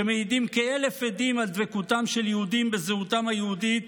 שמעידים כאלף עדים על דבקותם של יהודים בזהותם היהודית